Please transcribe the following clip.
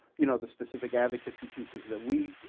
you know, the specific advocacy pieces that we,